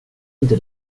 inte